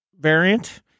variant